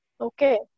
okay